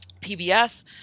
PBS